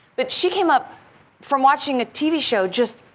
but she came up from watching a tv show just